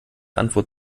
antwort